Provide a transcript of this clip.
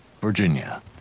Virginia